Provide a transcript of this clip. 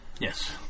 Yes